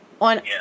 on